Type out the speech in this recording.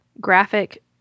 graphic